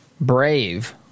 Brave